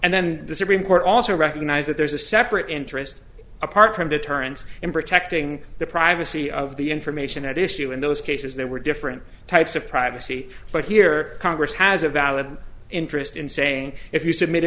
and then the supreme court also recognize that there's a separate interest apart from deterrence in protecting the privacy of the information at issue in those cases there were different types of privacy but here congress has a valid interest in saying if you submit